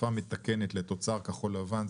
העדפה מתקנת לתוצר כחול לבן,